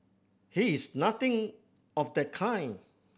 he is nothing of the kind